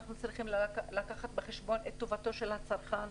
אנחנו צריכים לקחת בחשבון את טובתו של הצרכן,